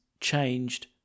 changed